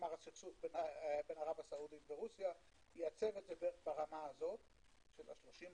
נגמר הסכסוך בין ערב הסעודית ורוסיה - ברמה הזו של ה-30,